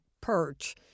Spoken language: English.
perch